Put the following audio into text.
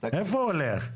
איפה הולך?